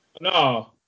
No